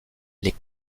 les